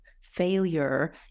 failure